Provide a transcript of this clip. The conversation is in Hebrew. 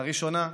הראשונה,